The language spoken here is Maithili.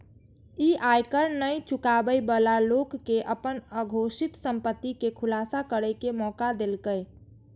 ई आयकर नै चुकाबै बला लोक कें अपन अघोषित संपत्ति के खुलासा करै के मौका देलकै